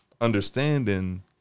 understanding